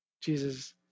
Jesus